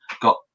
got